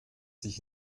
sich